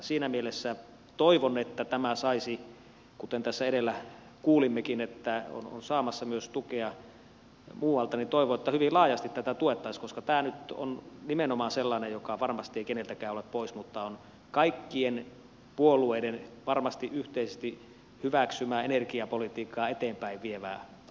siinä mielessä kuten tässä edellä kuulimmekin tämä on saamassa tukea myös muualta toivon että hyvin laajasti tätä tuettaisiin koska tämä nyt on nimenomaan sellainen joka varmasti ei keneltäkään ole pois mutta on kaikkien puolueiden varmasti yhteisesti hyväksymää energiapolitiikkaa eteenpäin vievää ajattelua